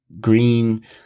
green